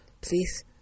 Please